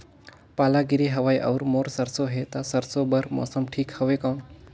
पाला गिरे हवय अउर मोर सरसो हे ता सरसो बार मौसम ठीक हवे कौन?